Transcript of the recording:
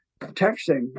texting